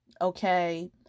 okay